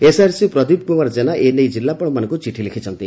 SRC Pradeep Kumar Jena ଏ ନେଇ ଜିଲ୍ଲାପାଳମାନଙ୍କୁ ଚିଠି ଲେଖିଛନ୍ତି